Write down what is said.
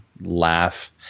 laugh